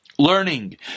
Learning